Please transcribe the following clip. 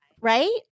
right